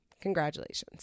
congratulations